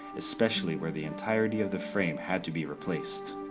especially where the entirety of the frame had to be replaced.